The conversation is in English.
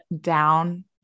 down